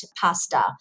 pasta